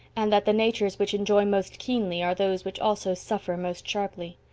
and that the natures which enjoy most keenly are those which also suffer most sharply.